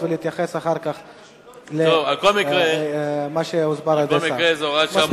ולהתייחס אחר כך למה שהסביר סגן השר.